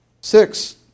Six